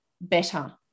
better